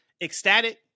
ecstatic